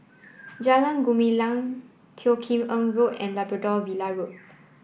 Jalan Gumilang Teo Kim Eng Road and Labrador Villa Road